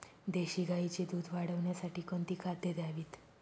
देशी गाईचे दूध वाढवण्यासाठी कोणती खाद्ये द्यावीत?